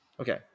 okay